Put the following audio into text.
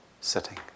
sitting